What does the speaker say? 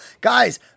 Guys